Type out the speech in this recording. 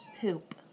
POOP